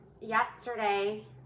yesterday